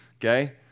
okay